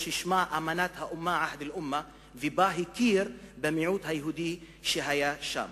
ששמה "אמנת האומה" "עהד אלאומה" ובה הכיר במיעוט היהודי שהיה שם.